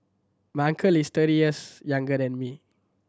my uncle is thirty years younger than me